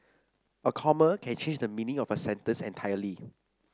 a comma can change the meaning of a sentence entirely